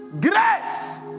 Grace